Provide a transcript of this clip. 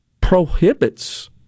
prohibits